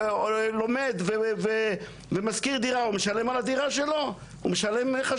שלומד ומשכיר דירה, הוא משלם על הדירה שלו?